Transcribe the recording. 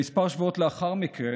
כמה שבועות לאחר מכן,